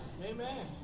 Amen